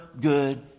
good